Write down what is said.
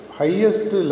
highest